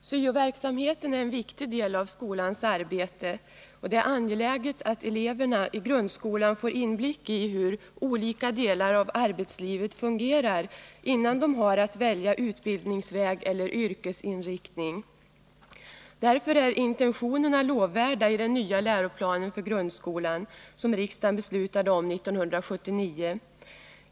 SYO-verksamheten är en viktig del av skolans arbete. Det är angeläget att eleverna i grundskolan får inblick i hur olika delar av arbetslivet fungerar, innan de har att välja utbildningsväg eller yrkesinriktning. Därför är intentionerna lovvärda i den nya läroplan för grundskolan som riksdagen beslutade om 1979.